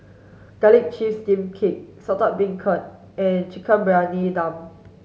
garlic chives steamed cake Saltish Beancurd and chicken Briyani Dum